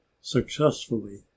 successfully